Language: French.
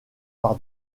par